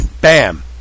bam